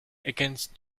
against